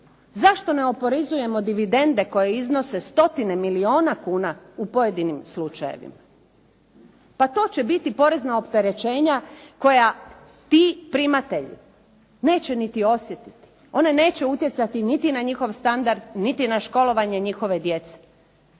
zašto ne oporezujemo dividende koje iznose stotine milijuna kuna u pojedinim slučajevima? Pa to će biti porezna opterećenja koja ti primatelji neće niti osjetiti. One neće utjecati niti na njihov standard, niti na školovanje njihove djece.